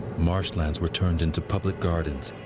marshlands were turned into public gardens.